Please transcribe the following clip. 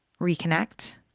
reconnect